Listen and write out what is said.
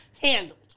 handled